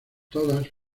todas